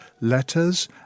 letters